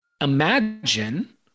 imagine